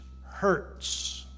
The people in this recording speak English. Hurts